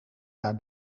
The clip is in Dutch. naar